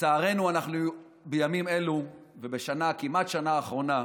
לצערנו אנחנו בימים אלו, כמעט כל השנה האחרונה,